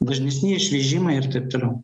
dažnesni išvežimai ir taip toliau